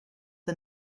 the